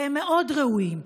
והם מאוד ראויים,